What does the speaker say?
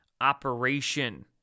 operation